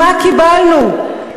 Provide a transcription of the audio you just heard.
ומה קיבלנו?